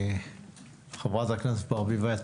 חברת הכנסת ברביבאי,